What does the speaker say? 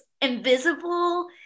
invisible